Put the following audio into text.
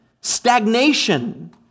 stagnation